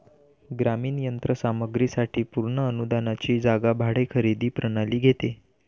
ग्रामीण यंत्र सामग्री साठी पूर्ण अनुदानाची जागा भाडे खरेदी प्रणाली घेते